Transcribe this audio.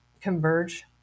converge